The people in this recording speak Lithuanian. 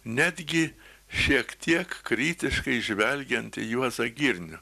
netgi šiek tiek kritiškai žvelgiant į juozą girnių